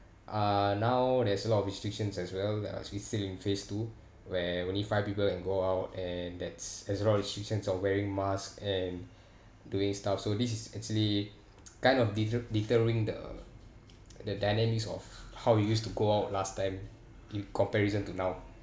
uh now there's a lot of restrictions as well uh actually still in phase two where only five people can go out and that's there's a lot of restrictions on wearing masks and doing stuff so this is actually kind of deteri~ detering the the dynamics of how we used to go out last time in comparison to now